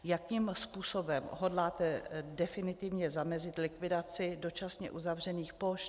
Jakým způsobem hodláte definitivně zamezit likvidaci dočasně uzavřených pošt?